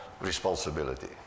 responsibility